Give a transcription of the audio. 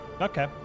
Okay